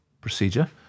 procedure